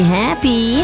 happy